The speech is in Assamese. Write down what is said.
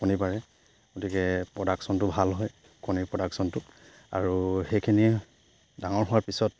কণী পাৰে গতিকে প্ৰডাকশ্যনটো ভাল হয় কণীৰ প্ৰডাকশ্যনটো আৰু সেইখিনি ডাঙৰ হোৱাৰ পিছত